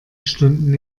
stunden